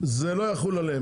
לא יחול עליהם.